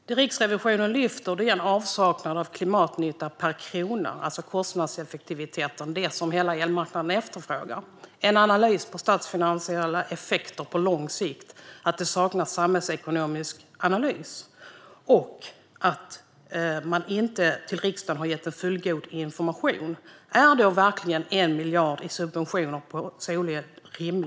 Herr talman! Det som Riksrevisionen lyfter fram är en avsaknad av klimatnytta per krona, det vill säga den kostnadseffektivitet som hela elmarknaden efterfrågar, en avsaknad av analys av statsfinansiella effekter på lång sikt och en avsaknad av samhällsekonomisk analys samt att man inte har gett fullgod information till riksdagen. Är det då verkligen rimligt med 1 miljard i subventioner av solel?